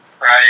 Right